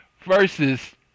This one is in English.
versus